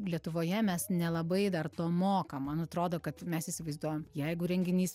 lietuvoje mes nelabai dar to mokam man atrodo kad mes įsivaizduojam jeigu renginys